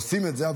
עושים את זה,